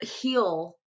heal